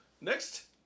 next